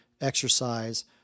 exercise